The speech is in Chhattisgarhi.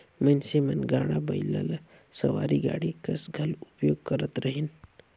मइनसे मन गाड़ा बइला ल सवारी गाड़ी कस घलो उपयोग करत रहिन